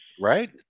Right